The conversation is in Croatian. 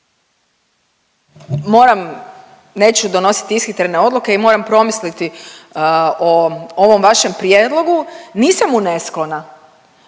Moram, neću donositi ishitrene odluke i moram promisliti o ovom vašem prijedlogu. Nisam mu nesklona,